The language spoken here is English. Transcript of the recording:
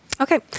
Okay